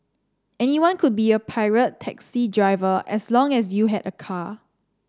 anyone could be a pirate taxi driver as long as you had a car